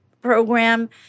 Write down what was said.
program